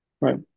Right